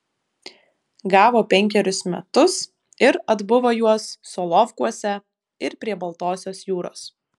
gavo penkerius metus ir atbuvo juos solovkuose ir prie baltosios jūros